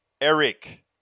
Eric